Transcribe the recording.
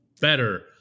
Better